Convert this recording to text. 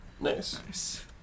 Nice